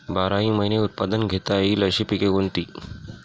बाराही महिने उत्पादन घेता येईल अशी पिके कोणती?